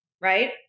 right